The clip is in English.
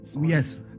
yes